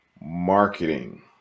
Marketing